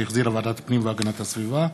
שהחזירה ועדת הפנים והגנת הסביבה,